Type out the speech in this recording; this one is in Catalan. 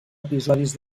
episodis